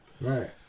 Right